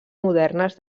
modernes